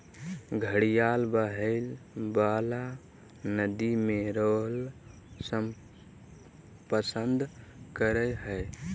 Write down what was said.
घड़ियाल बहइ वला नदि में रहैल पसंद करय हइ